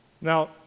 Now